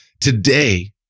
Today